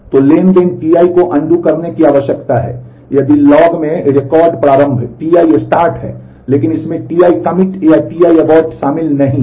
तो transaction Ti को undo करने की आवश्यकता है यदि लॉग में रिकॉर्ड प्रारंभ Ti start है लेकिन इसमें Ti commit या Ti abort शामिल नहीं है